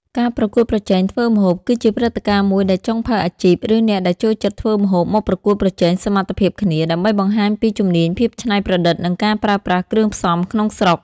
ការប្រកួតប្រជែងធ្វើម្ហូប គឺជាព្រឹត្តិការណ៍មួយដែលចុងភៅអាជីព ឬអ្នកដែលចូលចិត្តធ្វើម្ហូបមកប្រកួតប្រជែងសមត្ថភាពគ្នា ដើម្បីបង្ហាញពីជំនាញ ភាពច្នៃប្រឌិត និងការប្រើប្រាស់គ្រឿងផ្សំក្នុងស្រុក។